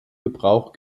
gebrauch